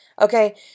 Okay